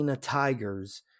Tigers